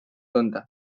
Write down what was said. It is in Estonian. tunda